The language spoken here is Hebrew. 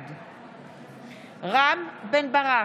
בעד רם בן ברק,